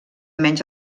menys